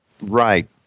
Right